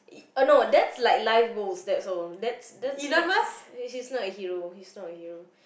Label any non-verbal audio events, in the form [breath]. uh no that's like life goals that's all that's that's not [breath] he he's not a hero he's not a hero